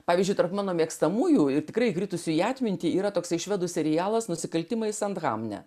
pavyzdžiui tarp mano mėgstamųjų ir tikrai įkritusių į atmintį yra toksai švedų serialas nusikaltimai sandhamne